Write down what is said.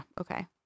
okay